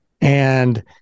and-